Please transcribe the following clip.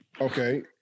Okay